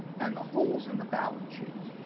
and the holes in the balance sheets.